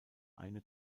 eine